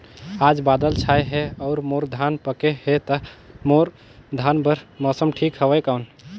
आज बादल छाय हे अउर मोर धान पके हे ता मोर धान बार मौसम ठीक हवय कौन?